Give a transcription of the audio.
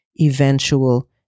eventual